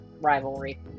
rivalry